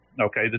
okay